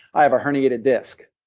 i have a herniated disk,